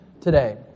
today